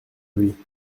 lui